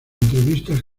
entrevistas